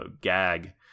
gag